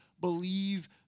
believe